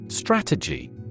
Strategy